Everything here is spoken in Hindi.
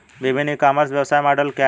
विभिन्न ई कॉमर्स व्यवसाय मॉडल क्या हैं?